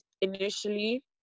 initially